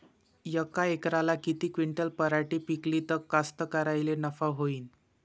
यका एकरात किती क्विंटल पराटी पिकली त कास्तकाराइले नफा होईन?